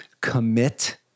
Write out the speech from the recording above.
commit